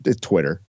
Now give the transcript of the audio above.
Twitter